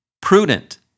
prudent